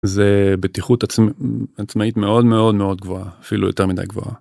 זה בטיחות עצמאית מאוד מאוד מאוד גבוהה אפילו יותר מדי גבוהה.